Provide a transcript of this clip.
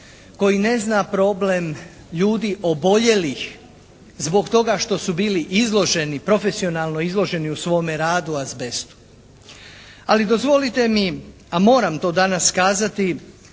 koji ne zna problem ljudi oboljelih zbog toga što su bili izloženi profesionalno izloženi u svome radu azbestu. Ali dozvolite mi, a moram to danas kazati